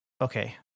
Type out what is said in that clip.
okay